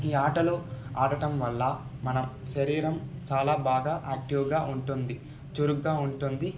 ఈ ఆటలు ఆడటం వల్ల మనం శరీరం చాలా బాగా యాక్టీవ్గా ఉంటుంది చురుగ్గా ఉంటుంది